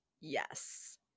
Yes